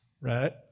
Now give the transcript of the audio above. right